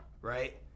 Right